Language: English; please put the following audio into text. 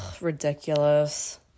ridiculous